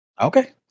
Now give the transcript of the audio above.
okay